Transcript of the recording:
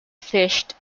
fished